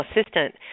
assistant